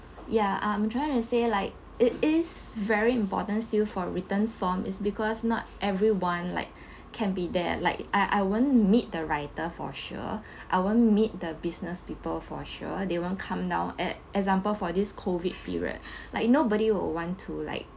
ya I'm trying to say like it is very important still for written form is because not everyone like can be there like I I won't meet the writer for sure I won't meet the business people for sure they won't come down ex~ example for this COVID period like nobody will want to like